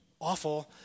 Awful